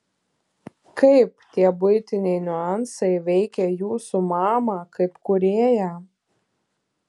kaip tie buitiniai niuansai veikė jūsų mamą kaip kūrėją